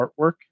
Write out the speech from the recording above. artwork